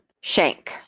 Shank